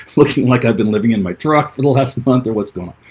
looking like i've been living in my truck. it'll have some fun to what's going